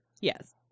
yes